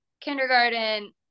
kindergarten